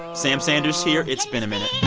sam sanders here. it's been a minute